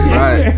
right